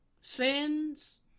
sins